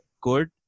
good